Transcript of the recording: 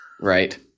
Right